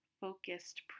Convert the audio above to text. focused